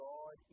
God